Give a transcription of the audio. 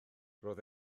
roedd